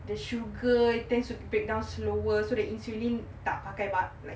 the sugar tends to break down slower so that